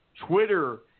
Twitter